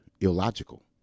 illogical